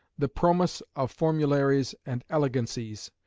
the promus of formularies and elegancies,